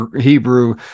Hebrew